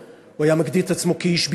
אני לא חושב שהוא היה מגדיר את עצמו איש השלום.